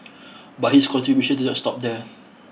but his contributions do not stop there